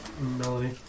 Melody